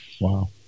Wow